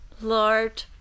Lord